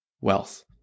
wealth